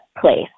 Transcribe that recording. place